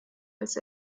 als